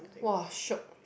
!wah! shiok